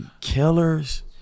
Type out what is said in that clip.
killers